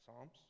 psalms